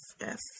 yes